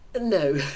No